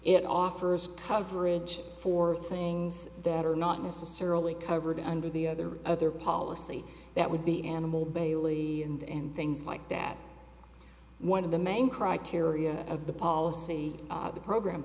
it offers coverage for things that are not necessarily covered under the other other policy that would be animal bailey and things like that one of the main criteria of the policy the program